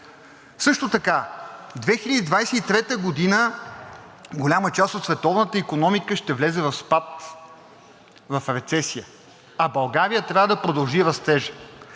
Също така през 2023 г. голяма част от световната икономика ще влезе в спад, в рецесия, а България трябва да продължи растежа.